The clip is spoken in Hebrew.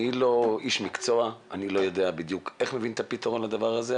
אני לא איש מקצוע ולא יודע בדיוק איך מביאים את הפתרון לדבר הזה,